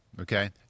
okay